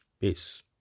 peace